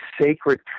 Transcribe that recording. sacred